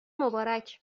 مبارک